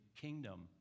kingdom